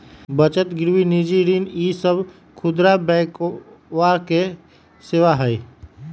बचत गिरवी निजी ऋण ई सब खुदरा बैंकवा के सेवा हई